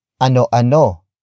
ano-ano